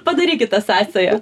padarykit tą sąsają